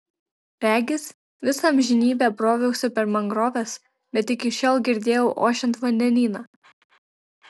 regis visą amžinybę broviausi per mangroves bet iki šiol girdėjau ošiant vandenyną